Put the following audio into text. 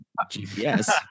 GPS